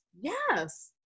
Yes